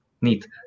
neat